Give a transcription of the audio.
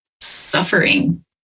suffering